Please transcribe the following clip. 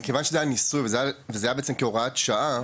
מכיוון שזה היה ניסוי וזה היה בעצם כהוראת שעה,